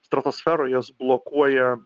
stratosferą jos blokuoja